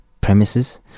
premises